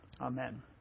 amen